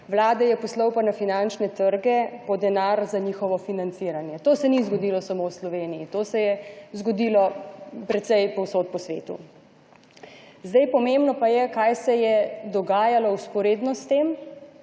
vlade je poslal pa na finančne trge po denar za njihovo financiranje. To se ni zgodilo samo v Sloveniji, to se je zgodilo precej povsod po svetu. Zdaj pomembno pa je, kaj se je dogajalo vzporedno s tem,